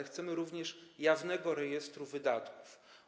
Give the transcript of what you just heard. Chcemy również jawnego rejestru wydatków.